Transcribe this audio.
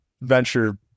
venture